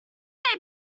they